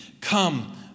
come